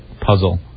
puzzle